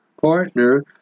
partner